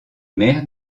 maire